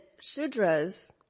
shudras